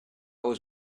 was